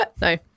no